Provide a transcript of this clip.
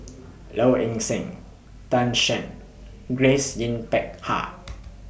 Low Ing Sing Tan Shen Grace Yin Peck Ha